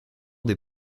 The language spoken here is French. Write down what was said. des